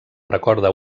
recorda